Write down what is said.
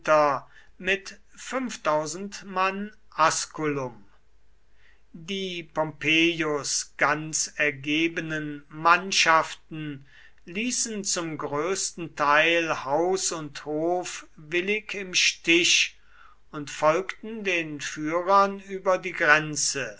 mit asculum die pompeius ganz ergebenen mannschaften ließen zum größten teil haus und hof willig im stich und folgten den führern über die grenze